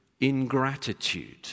ingratitude